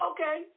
Okay